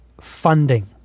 funding